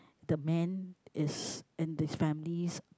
the man is in this family's